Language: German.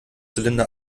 zylinder